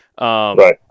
Right